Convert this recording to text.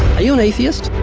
are you an atheist?